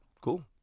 Cool